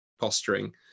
posturing